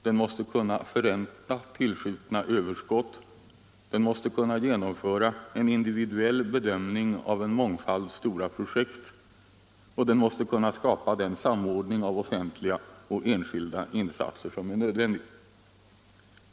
Den måste kunna förränta tillskjutna överskott och genomföra en individuell bedömning av en mångfald projekt. Den måste kunna skapa den samordning av offentliga och enskilda insatser som är nödvändig.